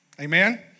Amen